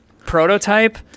Prototype